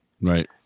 Right